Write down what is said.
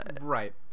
Right